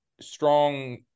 strong